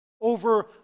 over